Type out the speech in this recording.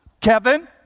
Kevin